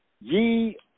Ye